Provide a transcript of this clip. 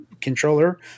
controller